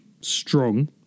strong